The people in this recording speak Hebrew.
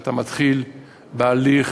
שאתה מתחיל בהליך